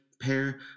pair